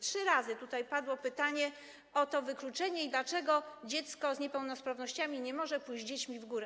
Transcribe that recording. Trzy razy padło tutaj pytanie o to wykluczenie, dlaczego dziecko z niepełnosprawnościami nie może pójść z dziećmi w góry.